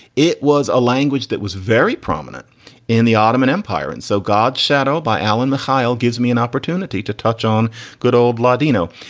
it was a language that was very prominent in the ottoman empire. and so god shadow by alan mihail gives me an opportunity to touch on good old ladino.